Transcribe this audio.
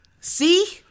See